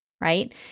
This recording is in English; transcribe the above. right